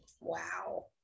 Wow